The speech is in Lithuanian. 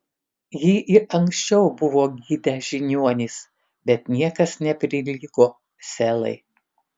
jį ir anksčiau buvo gydę žiniuonys bet niekas neprilygo selai